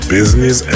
Business